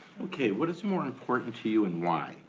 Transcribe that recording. what is more important to you and why?